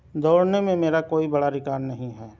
دوڑنے میں میرا کوئی بڑا ریکارڈ نہیں ہے